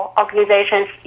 organizations